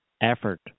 effort